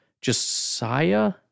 Josiah